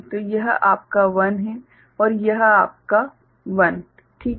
तो यह आपका 1 है और यह आपका 1 ठीक है